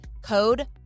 Code